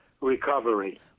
recovery